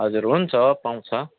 हजुर हुन्छ पाउँछ